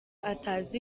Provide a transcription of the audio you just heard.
atazi